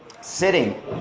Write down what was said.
sitting